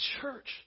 church